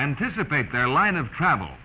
anticipate their line of travel